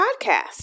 podcast